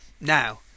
now